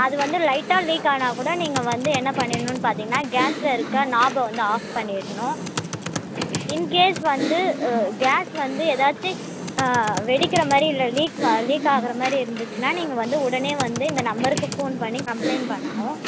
அது வந்து லைட்டாக லீக் ஆனால் கூட நீங்கள் வந்து என்ன பண்ணிடுணும்னு பார்த்தீங்கன்னா கேஸில் இருக்கிற நாப்பை வந்து ஆஃப் பண்ணிடணும் இன்கேஸ் வந்து கேஸ் வந்து எதாச்சு வெடிக்கிற மாதிரி இல்லை லீக் லீக் ஆகிற மாதிரி இருந்துச்சின்னால் நீங்கள் வந்து உடனே வந்து இந்த நம்பருக்கு ஃபோன் பண்ணி கம்பளைண்ட் பண்ணணும்